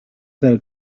fel